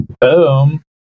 Boom